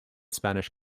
spanish